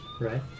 right